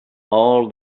all